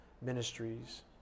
Ministries